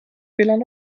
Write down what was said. wlan